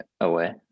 away